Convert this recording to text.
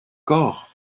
corps